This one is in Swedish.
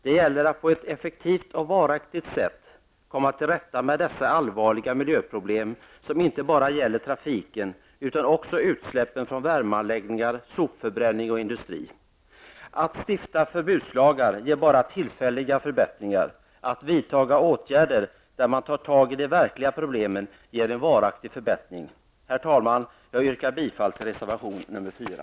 Det gäller att på ett effektivt och varaktigt sätt komma till rätta med dessa allvarliga miljöproblem, som inte bara gäller trafiken, utan också utsläppen från värmeanläggningar, sopförbränning och industri. Att stifta förbudslagar ger bara tillfälliga förbättringar. Att vidta åtgärder, genom vilka man tar tag i de verkliga problemen, ger däremot en varaktig förbättring. Herr talman! Jag yrkar bifall till reservation nr 4.